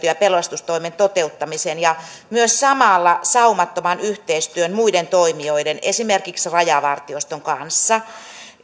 ja pelastustoimen toteuttamisen ja myös samalla saumattoman yhteistyön muiden toimijoiden esimerkiksi rajavartioston kanssa